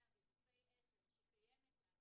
להסתייע בגופי עזר שקיימת לנו